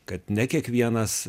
kad ne kiekvienas